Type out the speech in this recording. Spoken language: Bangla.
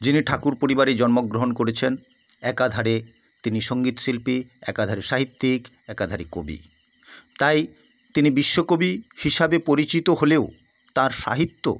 যিনি ঠাকুর পরিবারে জন্মগ্রহণ করেছেন একাধারে তিনি সঙ্গীত শিল্পী একাধারে সাহিত্যিক একাধারে কবি তাই তিনি বিশ্বকবি হিসাবে পরিচিত হলেও তাঁর সাহিত্য